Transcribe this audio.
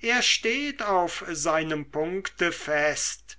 er steht auf seinem punkte fest